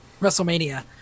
Wrestlemania